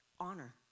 honor